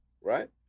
right